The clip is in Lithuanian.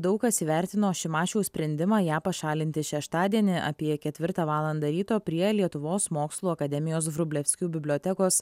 daug kas įvertino šimašiaus sprendimą ją pašalinti šeštadienį apie ketvirtą valandą ryto prie lietuvos mokslų akademijos vrublevskių bibliotekos